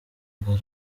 uko